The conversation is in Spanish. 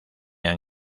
han